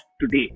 today